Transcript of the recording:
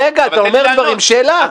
רגע, אתה אומר דברים, שאלה.